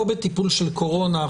לא בטיפול של קורונה.